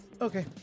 Okay